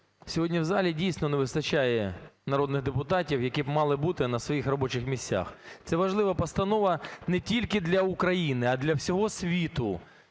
сьогодні в залі, дійсно, не вистачає народних депутатів, які б мали бути на своїх робочих місцях. Це важлива постанова не тільки для України, а для всього світу,